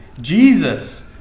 Jesus